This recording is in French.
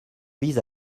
vise